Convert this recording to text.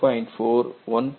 4 1